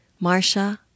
Marsha